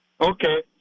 Okay